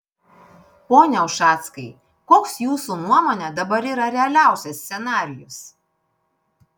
pone ušackai koks jūsų nuomone dabar yra realiausias scenarijus